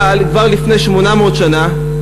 אבל כבר לפני 800 שנה,